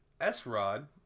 S-Rod